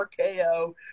RKO